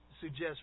suggest